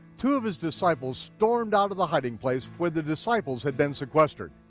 two of his disciples stormed out of the hiding place where the disciples had been sequestered.